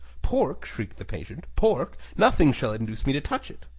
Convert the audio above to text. pork? shrieked the patient pork? nothing shall induce me to touch it!